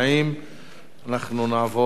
אנחנו נעבור לנושא הבא,